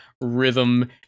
rhythm